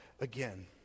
again